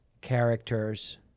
characters